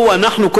קודם כול היהודים,